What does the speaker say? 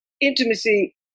intimacy